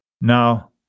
now